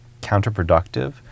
counterproductive